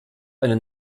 eine